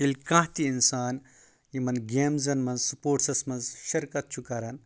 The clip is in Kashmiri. ییٚلہِ کانٛہہ تہِ اِنسان یِمن گیمزن منٛز سپوٹسس منٛز شِرکت چھُ کَران